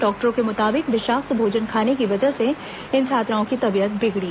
डॉक्टरों के मुताबिक विषाक्त भोजन खाने की वजह से इन छात्राओं की तबीयत बिगड़ी